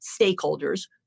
stakeholders